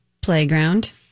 Playground